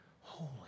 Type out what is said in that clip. holy